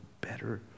better